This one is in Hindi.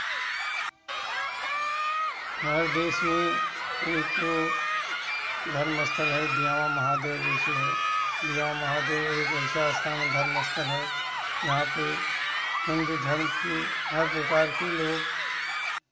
हमारे देश में एक तो धर्मस्थल है देव महादेव जैसे है देव महादेव एक ऐसा स्थान धर्मस्थल है जहाँ पर हिंदू धर्म के हर प्रकार के लोग